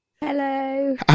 Hello